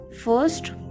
First